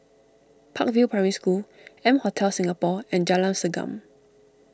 Park View Primary School M Hotel Singapore and Jalan Segam